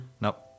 Nope